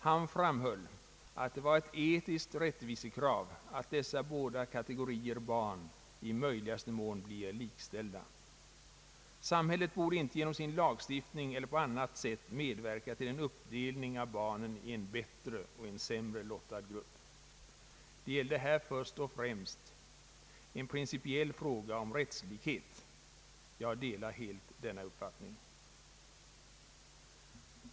Han framhöll att det var ett etiskt rättvisekrav att dessa båda kategorier barn i möjligaste mån blir likställda. Samhället borde inte genom sin lagstiftning eller på annat sätt medverka till en uppdelning av barnen i en bättre och en sämre lottad grupp. Det gällde här först och främst en principiell fråga om rättslikhet. Jag delar helt denna uppfattning.